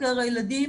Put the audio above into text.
חוקר הילדים,